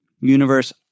universe